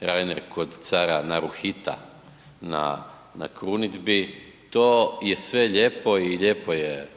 Reiner kod cara Naruhita na krunidbi. To je sve lijepo i lijepo je